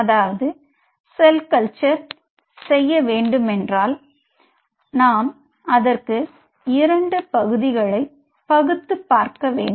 அதாவது cell culture பண்ண வேண்டுமென்றால் நாம் அதற்கு இரண்டு பகுதிகளை பகுத்து பார்க்க வேண்டும்